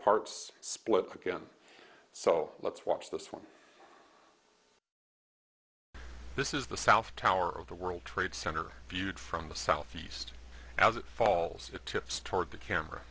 parts split again so let's watch this one this is the south tower of the world trade center viewed from the southeast as it falls it tips toward the camera